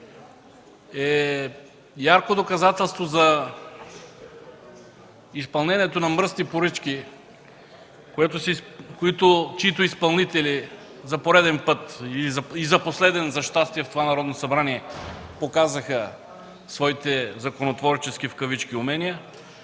е ярко доказателство за изпълнението на мръсни поръчки, чиито изпълнители за пореден път и за последен, за щастие, в това Народно събрание показаха своите „законотворчески” умения,